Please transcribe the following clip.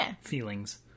feelings